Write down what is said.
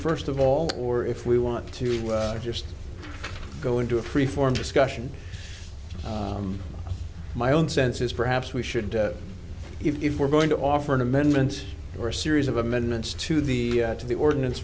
first of all or if we want to just go into a freeform discussion my own sense is perhaps we should if we're going to offer an amendment or a series of amendments to the to the ordinance